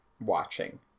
watching